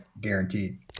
guaranteed